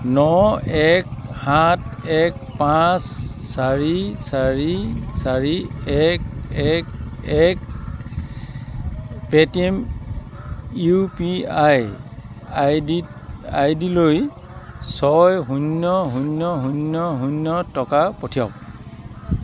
ন এক সাত এক পাঁচ চাৰি চাৰি চাৰি এক এক এক Paytm U P I I ডিত আই ডিলৈ ছয় শূন্য শূন্য শূন্য শূন্য টকা পঠিৱাওক